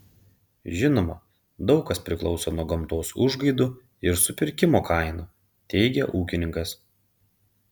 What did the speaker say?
žinoma daug kas priklauso nuo gamtos užgaidų ir supirkimo kainų teigė ūkininkas